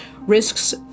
Risks